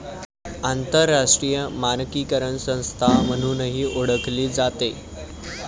आंतरराष्ट्रीय मानकीकरण संस्था म्हणूनही ओळखली जाते